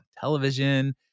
television